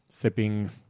Sipping